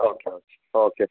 okay okay okay